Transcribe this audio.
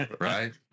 right